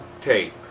tape